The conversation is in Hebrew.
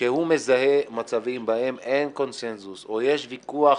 כשהוא מזהה מצבים בהם אין קונצנזוס, או יש ויכוח